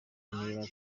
intera